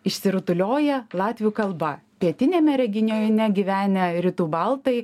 išsirutulioja latvių kalba pietiniame regione gyvenę rytų baltai